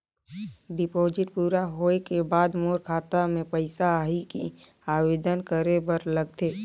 Deposit पूरा होय के बाद मोर खाता मे पइसा आही कि आवेदन करे बर लगथे?